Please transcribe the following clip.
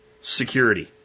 security